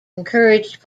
encouraged